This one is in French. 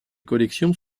collections